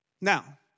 Now